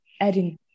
adding